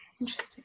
Interesting